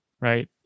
right